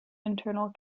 internal